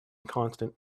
constant